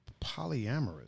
polyamorous